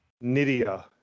Nidia